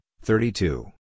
thirty-two